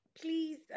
please